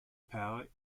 power